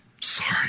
Sorry